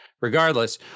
Regardless